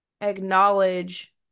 acknowledge